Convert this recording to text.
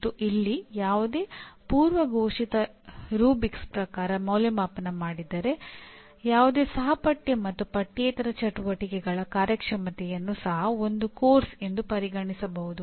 ಮತ್ತು ಇಲ್ಲಿ ಯಾವುದೇ ಪೂರ್ವ ಘೋಷಿತ ರೂಬ್ರಿಕ್ಸ್ ಪ್ರಕಾರ ಮೌಲ್ಯಅಂಕಣ ಮಾಡಿದರೆ ಯಾವುದೇ ಸಹಪಠ್ಯ ಮತ್ತು ಪಠ್ಯೇತರ ಚಟುವಟಿಕೆಗಳ ಕಾರ್ಯಕ್ಷಮತೆಯನ್ನು ಸಹ ಒಂದು ಪಠ್ಯಕ್ರಮ ಎಂದು ಪರಿಗಣಿಸಬಹುದು